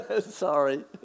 sorry